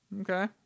okay